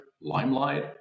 Limelight